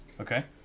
Okay